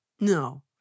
No